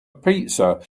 pizza